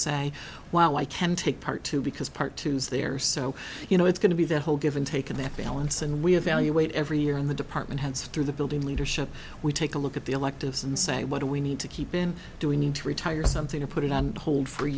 say wow i can take part two because part two there so you know it's going to be the whole given taken that balance and we evaluate every year in the department heads through the building leadership we take a look at the electives and say what do we need to keep in do we need to retire something or put it on hold for a